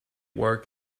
work